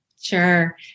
Sure